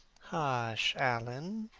hush, alan.